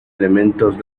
elementos